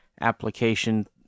application